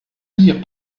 dire